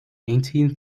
eighteenth